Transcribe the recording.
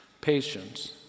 Patience